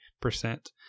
percent